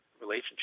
relationship